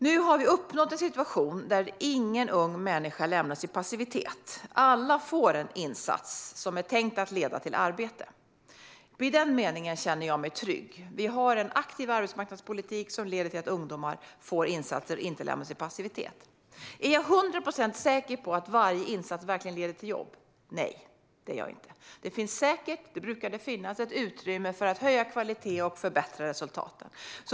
Nu har vi uppnått en situation där ingen ung människa lämnas i passivitet. Alla får en insats som är tänkt att leda till arbete. I den meningen känner jag mig trygg. Vi har en aktiv arbetsmarknadspolitik som leder till att ungdomar får insatser och inte lämnas i passivitet. Är jag hundra procent säker på att varje insats verkligen leder till jobb? Nej, det är jag inte. Det finns säkert - det brukar det finnas - ett utrymme för att höja kvaliteten och förbättra resultaten.